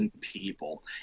people